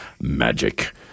Magic